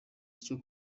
cyo